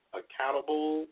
accountable